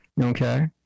okay